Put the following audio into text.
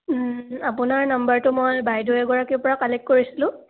আপোনাৰ নাম্বাৰটো মই বাইদেউ এগৰাকীৰপৰা কালেক্ট কৰিছিলোঁ